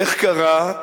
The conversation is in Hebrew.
איך קרה?